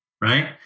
right